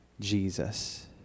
Jesus